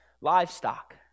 livestock